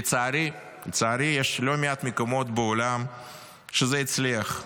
לצערי, יש לא מעט מקומות בעולם שבהם זה הצליח,